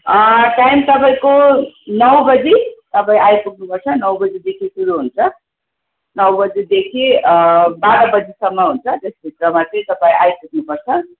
time तपाईँको नौ बजी तपाईँ आइपुग्नुपर्छ नौ बजीदेखि सुरू हुन्छ नौ बजीदेखि बाह्र बजीसम्म हुन्छ त्यसभित्रमा चाहिँ तपाईँ आइपुग्नुपर्छ